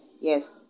Yes